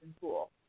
cool